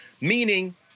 meaning